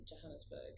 Johannesburg